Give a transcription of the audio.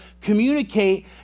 communicate